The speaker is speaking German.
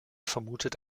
vermutet